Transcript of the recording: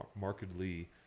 markedly